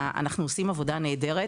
אנחנו עושים עבודה נהדרת,